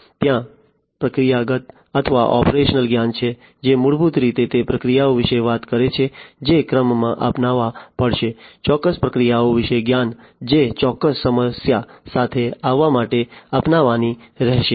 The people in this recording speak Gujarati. ત્યાં પ્રક્રિયાગત અથવા ઓપરેશનલ જ્ઞાન છે જે મૂળભૂત રીતે તે પ્રક્રિયાઓ વિશે વાત કરે છે જે ક્રમમાં અપનાવવા પડશે ચોક્કસ પ્રક્રિયાઓ વિશે જ્ઞાન જે ચોક્કસ સમસ્યા સાથે આવવા માટે અપનાવવાની રહેશે